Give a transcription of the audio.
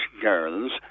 girls